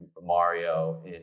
Mario